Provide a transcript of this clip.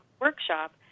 workshop